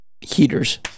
heaters